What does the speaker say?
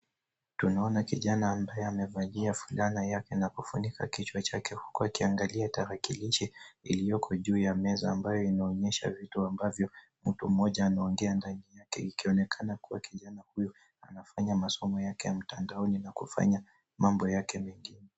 Tunaona kijana ambaye amevalia fulana yake na kufunika kichwa chake huku akiangalia tarakilishi iliyoko juu ya meza ambayo inaonyesha vitu ambavyo mtu mmoja anaongea ndani yake. Ikionekana kuwa kijana huyo anafanya masomo yake ya mtandaoni na kufanya mambo yake mengine.